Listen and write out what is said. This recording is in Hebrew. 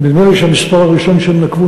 ונדמה לי שהמספר הראשון שהם נקבו,